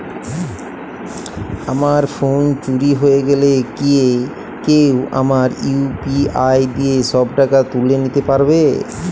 আমার ফোন চুরি হয়ে গেলে কি কেউ আমার ইউ.পি.আই দিয়ে সব টাকা তুলে নিতে পারবে?